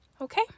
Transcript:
okay